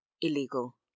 illegal